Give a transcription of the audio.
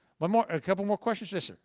but more. a couple more questions? yes,